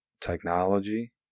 technology